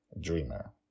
dreamer